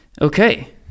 Okay